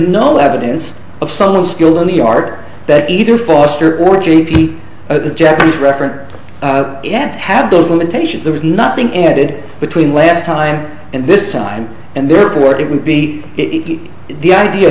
no evidence of subtle skill in the art that either foster or g p the japanese referent had had those limitations there was nothing added between last time and this time and therefore it would be the idea